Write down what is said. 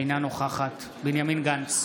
אינה נוכחת בנימין גנץ,